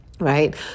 Right